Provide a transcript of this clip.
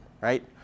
right